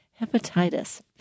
hepatitis